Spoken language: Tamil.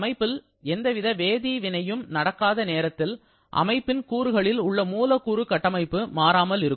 அமைப்பில் எந்தவித வேதி வினையும் நடக்காத நேரத்தில் அமைப்பின் கூறுகளில் உள்ள மூலக்கூறு கட்டமைப்பு மாறாமல் இருக்கும்